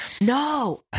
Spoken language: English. No